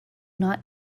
not